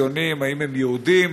ציונים: האם הם יהודים,